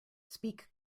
speak